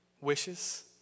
wishes